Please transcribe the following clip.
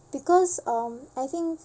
because um I think